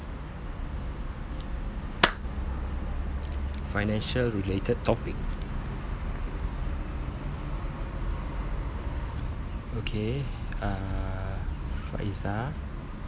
financial related topic okay uh faizah